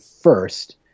first